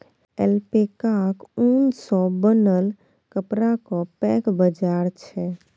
ऐल्पैकाक ऊन सँ बनल कपड़ाक पैघ बाजार छै